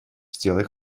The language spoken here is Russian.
сделай